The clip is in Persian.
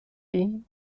ایم